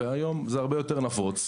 והיום זה הרבה יותר נפוץ.